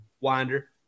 Winder